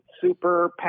super